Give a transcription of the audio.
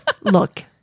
look